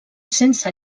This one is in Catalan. sense